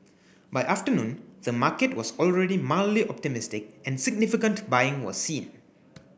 by afternoon the market was already mildly optimistic and significant buying was seen